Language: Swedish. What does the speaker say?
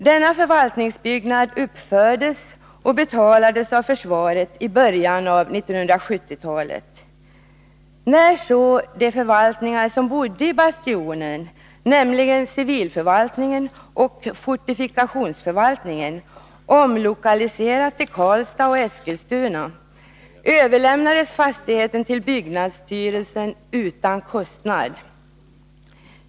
Denna förvaltningsbyggnad uppfördes och betalades av försvaret i början av 1970-talet. Sedan de förvaltningar som inrymdes i Bastionen, nämligen civilförvaltningen och fortifikationsförvaltningen, omlokaliserats till Karlstad och Eskilstuna, överlämnades fastigheten till byggnadsstyrelsen utan kostnad.